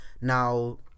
Now